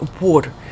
Water